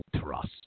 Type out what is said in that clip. trust